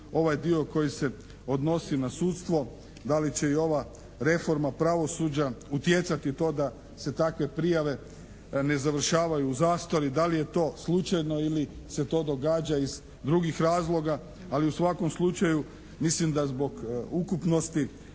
ovaj dio koji se odnosi na sudstvo da li će i ova reforma pravosuđa utjecati na to da se takve prijave ne završavaju u zastari, da li je to slučajno ili se to događa iz drugih razloga. Ali u svakom slučaju, mislim da zbog ukupnosti